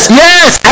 yes